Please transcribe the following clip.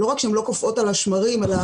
לא רק שהן לא קופאות על השמרים אלא